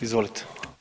Izvolite.